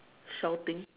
shouting